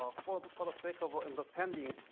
um for but for the sake of understanding,